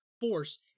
force